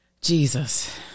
Jesus